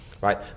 right